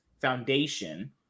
Foundation